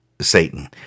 Satan